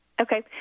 Okay